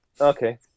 okay